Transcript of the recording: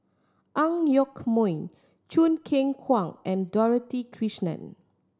Ang Yoke Mooi Choo Keng Kwang and Dorothy Krishnan